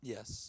Yes